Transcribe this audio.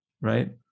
right